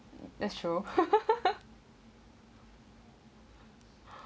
that's true